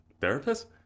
therapist